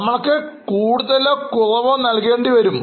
നമ്മൾക്ക് കൂടുതലോ കുറവോ നൽകേണ്ടിവരാം